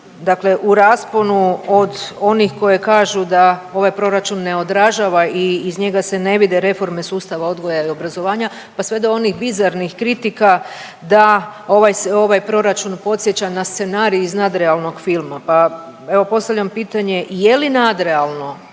dakle u rasponu od onih koji kažu da ovaj proračun ne odražava i iz njega se ne vide reforme sustava odgoja i obrazovanja, pa sve do onih bizarnih kritika da ovaj se, ovaj proračun podsjeća na scenarij iz nadrealnog filma, pa evo postavljam pitanje, je li nadrealno